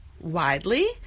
widely